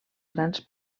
grans